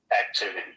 activity